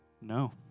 No